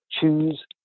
Choose